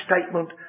statement